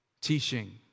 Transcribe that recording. teaching